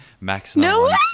maximum